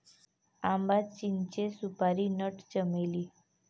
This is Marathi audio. आंबा, चिंचे, सुपारी नट, चमेली